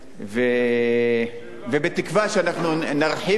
ובתקווה שאנחנו נרחיב את זה ונעמיק את זה.